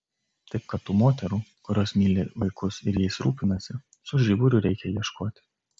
taip kad tų moterų kurios myli vaikus ir jais rūpinasi su žiburiu reikia ieškoti